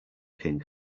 king